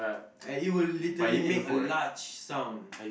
and it would literally make a large sound